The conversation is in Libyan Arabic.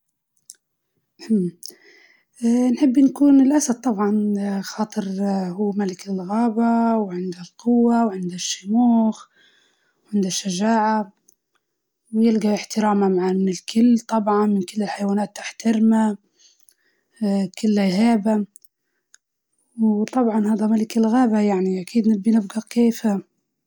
بنكون أسد، علشان هو ملك الغابة، وعنده جوة وشموخ، وكل الحوايات اللي في الغابة تحترمه، و ومرغوب من ناس وعنده قبول، مشهور.